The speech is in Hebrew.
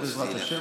בעזרת השם,